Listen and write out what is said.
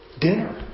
dinner